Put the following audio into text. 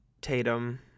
Tatum